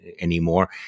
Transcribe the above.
anymore